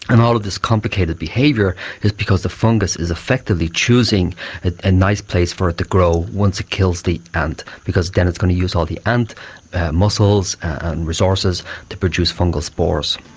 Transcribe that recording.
and all of this complicated behaviour is because the fungus is effectively choosing a nice place for it to grow once it kills the ant, because then it's going to use all the ant muscles and resources to produce fungal spores.